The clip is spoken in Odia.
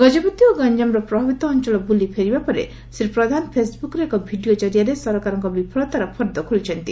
ଗକପତି ଓ ଗଞାମର ପ୍ରଭାବିତ ଅଞ୍ଞଳ ବୁଲି ଫେରିବା ପରେ ଶ୍ରୀ ପ୍ରଧାନ ଫେସ୍ବୂକ୍ରେ ଏକ ଭିଡ଼ିଓ କରିଆରେ ସରକାରଙ୍କ ବିଫଳତାର ଫର୍ଦ୍ଦ ଖୋଲିଛନ୍ତି